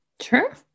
Sure